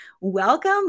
Welcome